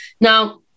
Now